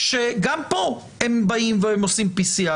כשגם פה הם באים ועושים PCR,